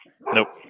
Nope